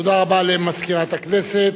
תודה רבה למזכירת הכנסת.